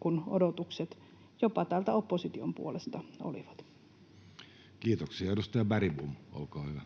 kuin odotukset jopa täältä opposition puolesta olivat. [Speech 18] Speaker: Jussi Halla-aho